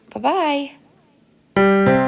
Bye-bye